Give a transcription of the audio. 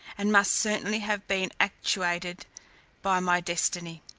and must certainly have been actuated by my destiny.